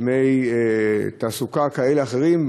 דמי תעסוקה כאלה ואחרים.